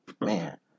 Man